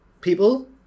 people